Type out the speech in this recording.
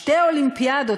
שתי אולימפיאדות,